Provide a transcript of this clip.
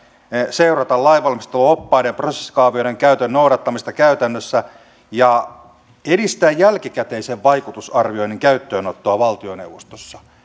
seuraa lainvalmisteluoppaiden ja prosessikaavioiden käytön noudattamista käytännössä ja edistää jälkikäteisen vaikutusarvioinnin käyttöönottoa valtioneuvostossa